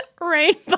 rainbow